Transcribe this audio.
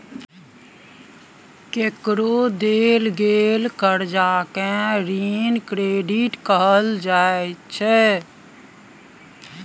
केकरो देल गेल करजा केँ ऋण क्रेडिट कहल जाइ छै